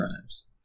crimes